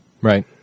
Right